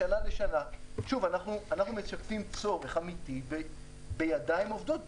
שוב, אנחנו משקפים צורך אמיתי בידיים עובדות.